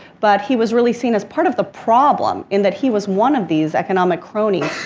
but he was really seen as part of the problem, in that he was one of these economic cronies,